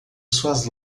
suas